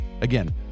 Again